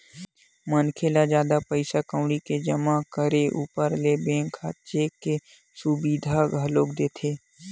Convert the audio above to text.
मनखे ल जादा पइसा कउड़ी के जमा करे ऊपर ले बेंक ह चेक के सुबिधा घलोक देथे